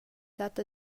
dat